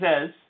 says